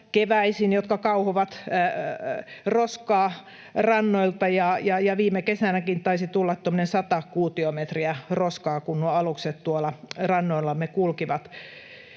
jotka kauhovat roskaa rannoilta, ja viime kesänäkin taisi tulla tuommoinen 100 kuutiometriä roskaa, kun nuo alukset tuolla rannoillamme kulkivat.